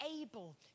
able